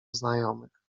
znajomych